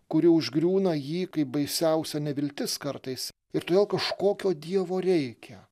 kuri užgriūna jį kaip baisiausia neviltis kartais ir todėl kažkokio dievo reikia